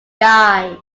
guy